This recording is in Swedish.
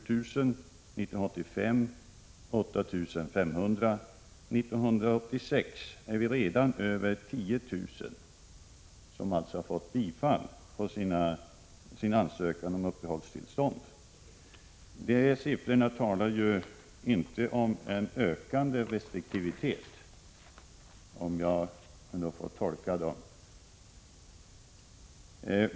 År 1985 bifölls 8500 ansökningar, och 1986 har redan över 10 000 personer fått sina ansökningar om uppehållstillstånd bifallna. Dessa siffror talar ju inte om någon ökande restriktivitet, som jag tolkar dem.